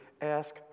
ask